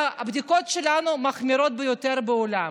והבדיקות שלנו הן המחמירות ביותר בעולם.